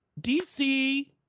DC